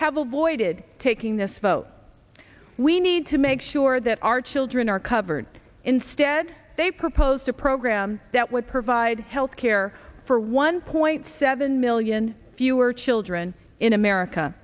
have avoided taking this vote we need to make sure that our children are covered instead they proposed a program that would provide health care for one point seven million fewer children in america